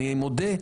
אני מודה,